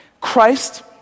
Christ